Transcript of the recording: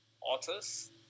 authors